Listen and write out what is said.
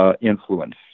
influence